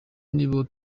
nibo